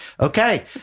okay